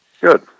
Good